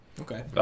Okay